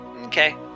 Okay